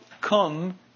come